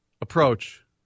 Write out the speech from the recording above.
approach